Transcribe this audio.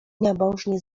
nabożnie